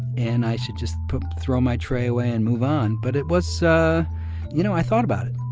and i should just throw my tray away and move on. but it was so you know, i thought about it.